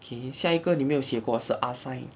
okay 下一个你没有写过是 arsine